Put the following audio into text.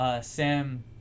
Sam